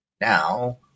Now